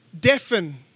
deafen